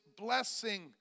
blessing